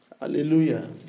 Hallelujah